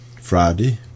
Friday